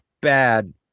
bad